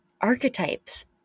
archetypes